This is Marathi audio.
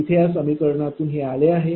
इथे या समीकरणातून हे आले आहे